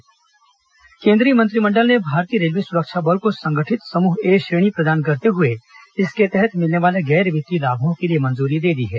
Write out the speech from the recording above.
cabinet RPF केंद्रीय मंत्रिमंडल ने भारतीय रेलवे सुरक्षा बल को संगठित समूह ए श्रेणी प्रदान करते हुए इसके तहत मिलने वाले गैर वित्तीय लाभों के लिए मंजूरी दे दी है